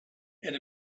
and